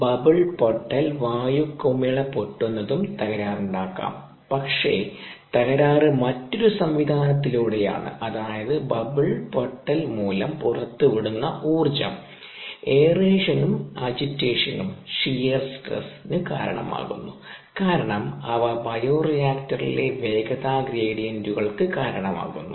bubble പൊട്ടൽ വായു കുമിള പൊട്ടുന്നതും തകരാറുണ്ടാക്കാം പക്ഷേ തകരാറ് മറ്റൊരു സംവിധാനത്തിലൂടെയാണ് അതായത് ബബിൾ പൊട്ടൽ മൂലം പുറത്തുവിടുന്ന ഊർജ്ജം എയറേഷനും അജിറ്റേഷനുംaeration agitation ഷിയർ സ്ട്രെസ്സ് നു കാരണമാകുന്നു കാരണം അവ ബയോറിയാക്ടറിലെ വേഗത ഗ്രേഡിയന്റുകൾക്ക് കാരണമാകുന്നു